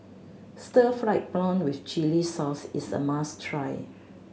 stir fried prawn with chili sauce is a must try